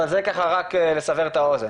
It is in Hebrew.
אבל זה רק כדי לסבר את האוזן.